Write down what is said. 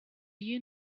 you